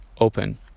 open